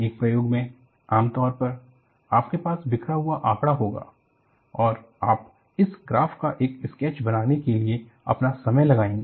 एक प्रयोग में आम तौर पर आपके पास बिखरा हुआ आंकड़ा होगा और आप इस ग्राफ का एक स्केच बनाने के लिए अपना समय लगाएगे